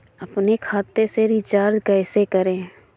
अपने खाते से रिचार्ज कैसे करें?